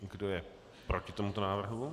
Kdo je proti tomuto návrhu?